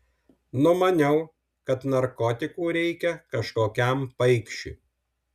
numaniau kad narkotikų reikia kažkokiam paikšiui